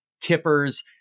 kippers